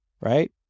right